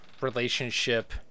relationship